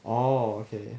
oh okay